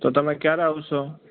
તો તમે કયારે આવશો